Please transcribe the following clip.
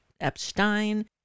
Epstein